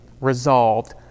resolved